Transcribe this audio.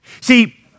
See